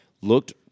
looked